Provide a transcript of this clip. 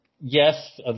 Yes